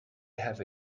have